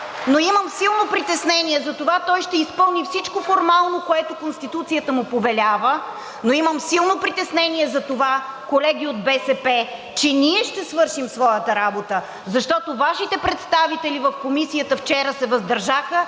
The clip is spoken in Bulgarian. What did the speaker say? но имам силно притеснение за това, че той ще изпълни всичко формално, което Конституцията му повелява, но имам силно притеснение за това, колеги от БСП, че ние ще свършим своята работа, защото Вашите представители в Комисията вчера се въздържаха